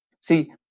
See